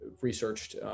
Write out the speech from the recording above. researched